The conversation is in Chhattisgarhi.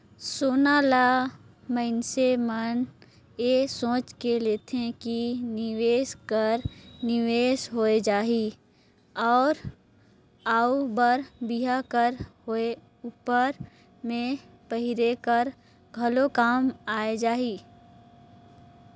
सोना ल मइनसे मन ए सोंएच के लेथे कि निवेस कर निवेस होए जाही अउ बर बिहा कर होए उपर में पहिरे कर घलो काम आए जाही